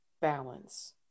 balance